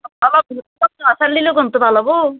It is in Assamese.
অলপ জহা চাউল দিলে গোন্ধটো ভাল হ'ব